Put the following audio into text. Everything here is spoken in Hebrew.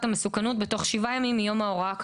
המסוכנות בתוך שבעה ימים מיום ההוראה כאמור,